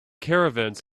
caravans